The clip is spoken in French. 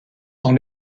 dans